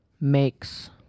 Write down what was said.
makes